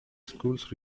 schools